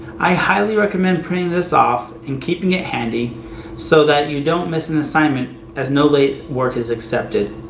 i highly recommend printing this off and keeping it handy so that you don't miss an assignment as no late work is accepted.